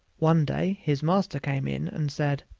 one day his master came in and said,